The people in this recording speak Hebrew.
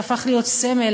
שהפך להיות סמל,